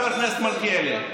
חבר הכנסת מלכיאלי,